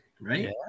right